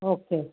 okay